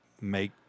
make